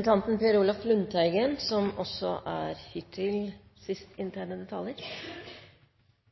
saksordføreren for en godt utført jobb. Det er